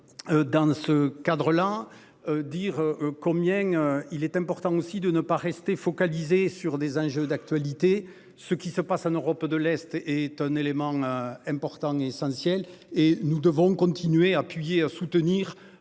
Dans ce cadre-là. Dire combien il est important aussi de ne pas rester focalisés sur des enjeux d'actualité ce qui se passe en Europe de l'Est est un élément important et essentiel et nous devons continuer à appuyer soutenir